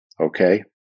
Okay